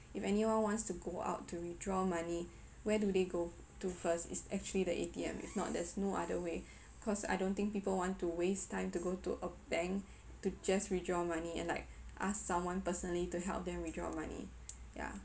if anyone wants to go out to withdraw money where do they go to first it's actually the A_T_M if not there's no other way cause I don't think people want to waste time to go to a bank to just withdraw money and like ask someone personally to help them withdraw money ya